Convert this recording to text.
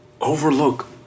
overlook